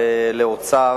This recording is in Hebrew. לאוצר